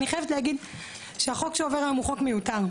אני חייבת להגיד שבעיניי החוק שעובר היום הוא חוק מיותר,